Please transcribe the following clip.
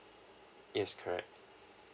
yes correct